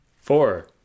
Four